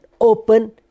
open